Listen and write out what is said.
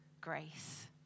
grace